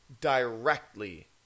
directly